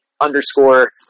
underscore